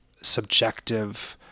subjective